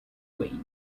wayne